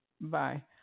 Bye